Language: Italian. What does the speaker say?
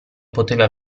poteva